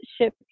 Ship